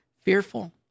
fearful